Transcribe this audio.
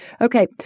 Okay